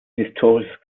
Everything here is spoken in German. historisches